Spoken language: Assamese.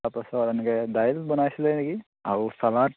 তাৰপাছত এনেকৈ দাইল বনাইছিলে নেকি আৰু ছালাড